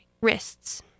wrists